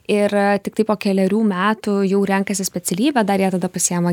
ir tiktai po kelerių metų jau renkasi specialybę dar jie tada pasiema